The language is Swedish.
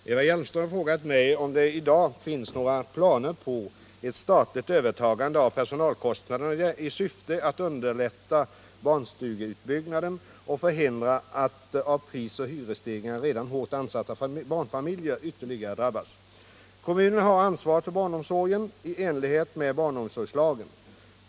41, och anförde: Herr talman! Eva Hjelmström har frågat mig om det i dag finns några planer på ett statligt övertagande av personalkostnaderna i syfte att underlätta barnstugeutbyggnaden och förhindra att av prisoch hyresstegringar redan hårt ansatta barnfamiljer ytterligare drabbas. Kommunerna har ansvaret för barnomsorgen i enlighet med barnomsorgslagen.